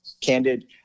candid